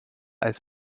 als